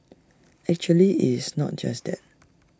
actually it's not just that